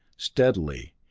steadily,